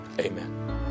Amen